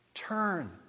Turn